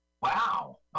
Wow